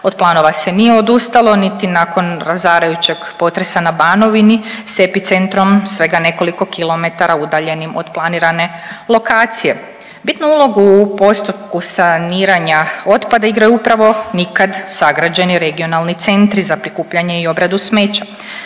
Od planova se nije odustalo niti nakon razarajućeg potresa na Banovini s epicentrom svega nekoliko kilometara udaljenim od planirane lokacije. Bitnu ulogu u postotku saniranju otpada igraju upravo nikad sagrađeni regionalni centri za prikupljanje i obradu smeća.